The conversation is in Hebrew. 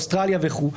אוסטרליה וכו',